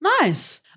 Nice